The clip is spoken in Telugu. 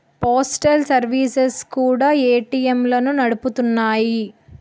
పోస్టల్ సర్వీసెస్ కూడా ఏటీఎంలను నడుపుతున్నాయి